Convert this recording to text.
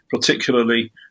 particularly